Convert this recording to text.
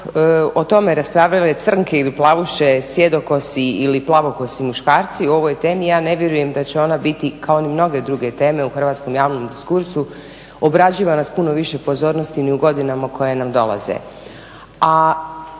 o tome raspravljaju li crnke ili plavuše, sjedokosi ili plavokosi muškarci o ovoj temi ja ne vjerujem da će ona biti kao ni mnoge druge teme u hrvatskom javnom diskursu obrađivane s puno više pozornosti ni u godinama koje nam dolaze.